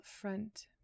front